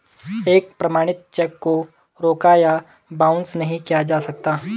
एक प्रमाणित चेक को रोका या बाउंस नहीं किया जा सकता है